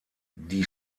die